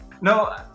no